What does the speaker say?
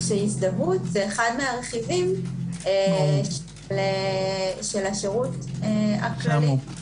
הזדהות היא אחד הרכיבים של השירות הכללי.